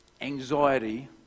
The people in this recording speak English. anxiety